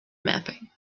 mapping